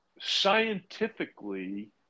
scientifically